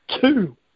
two